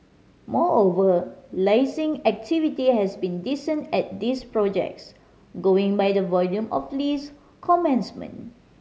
moreover leasing activity has been decent at these projects going by the volume of lease commencement